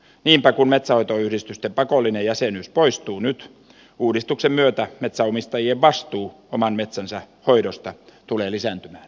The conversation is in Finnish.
niinpä kun metsänhoitoyhdistysten pakollinen jäsenyys poistuu nyt uudistuksen myötä metsänomistajien vastuu oman metsänsä hoidosta tulee lisääntymään